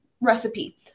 recipe